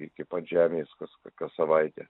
iki pat žemės kas kas savaitę